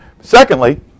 Secondly